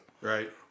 right